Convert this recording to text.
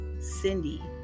Cindy